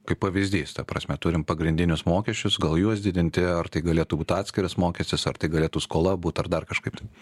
kaip pavyzdys ta prasme turim pagrindinius mokesčius gal juos didinti ar tai galėtų būt atskiras mokestis ar tai galėtų skola būt ar dar kažkaip tai